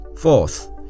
Fourth